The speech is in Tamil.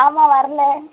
ஆமாம் வரலை